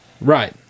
right